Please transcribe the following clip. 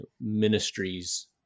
ministries